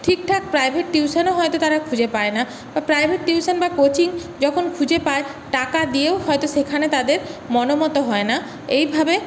ঠিকঠাক প্রাইভেট টিউশনও হয়তো তারা খুঁজে পায় না প্রাইভেট টিউশন বা কোচিং যখন খুঁজে পায় টাকা দিয়েও হয়তো সেখানে তাদের মনোমতো হয় না এইভাবে